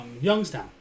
Youngstown